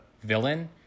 villain